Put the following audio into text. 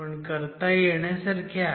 पण करता येण्यासारख्या आहेत